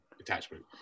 attachment